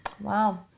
Wow